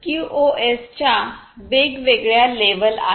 QoS च्या वेगवेगळ्या level आहेत